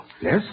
Yes